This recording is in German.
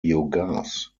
biogas